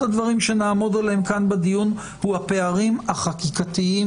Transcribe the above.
הדברים שנעמוד עליהם כאן בדיון הוא הפערים החקיקתיים